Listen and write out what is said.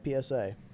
PSA